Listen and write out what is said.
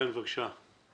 כן, בבקשה.